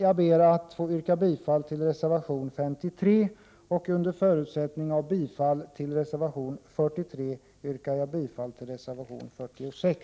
Jag ber att få yrka bifall till reservation 53, och under förutsättning av bifall till reservation 43 yrkar jag bifall även till reservation 46.